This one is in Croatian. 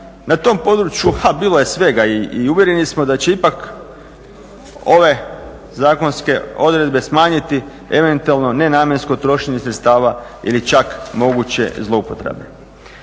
Na tom području bilo je svega i uvjereni smo da će ipak ove zakonske odredbe smanjiti eventualno nenamjensko trošenje sredstava ili čak moguće zloupotrebe.